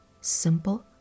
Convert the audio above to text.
Simple